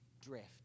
drift